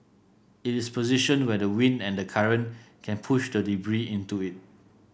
it is positioned where the wind and the current can push the debris into it